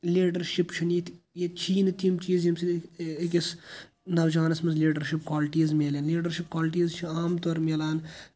leadership چھِنہٕ ییٚتہِ ییٚتہِ چھی نہٕ تِم چیٖز ییٚمۍ سۭتۍ أکِس نَوجوانَس منٛز لیٖڈَرشِپ کالٹیٖز مِلن لیٖڈَرشِپ کالٹیٖز چھِ عام طور مِلان